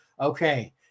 okay